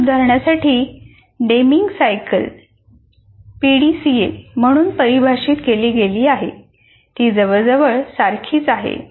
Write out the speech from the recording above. सतत सुधारण्यासाठी Deming cycle PDCA म्हणून परिभाषित केली गेली आहे आणि ती जवळजवळ सारखीच आहे